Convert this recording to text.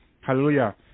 Hallelujah